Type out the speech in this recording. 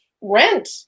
rent